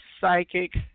psychic